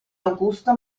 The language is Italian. augusto